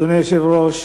אדוני היושב-ראש,